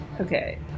Okay